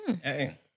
Hey